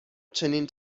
چنین